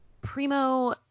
primo